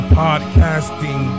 podcasting